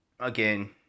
Again